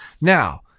Now